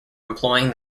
employing